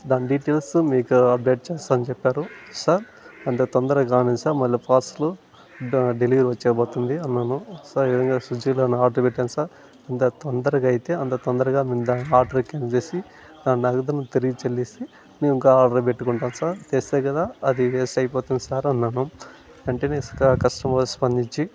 దాని డీటైల్సు మీకు అప్డేట్ చేస్తానని చెప్పారు సర్ కొంత తొందరకానివ్వండి సర్ మళ్ళీ ఫాస్ట్లో డెలివరీ వచ్చేయబోతుంది అన్నాను సర్ ఈవిధంగా సుజ్జిలో ఆర్డర్ పెట్టాను సర్ ఎంత తొందరగా అయితే అంత తొందరగా మీరు ఆర్డర్ కాన్సెల్ చేసి నా నగదును తిరిగి చెల్లిస్తే నేను ఇంకొ ఆర్డర్ పెట్టుకుంటాం సర్ తెస్తే కదా అది వేస్ట్ అయిపోతుంది సర్ అన్నాను వెంటనే కస్టమర్స్ స్పందించి